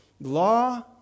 Law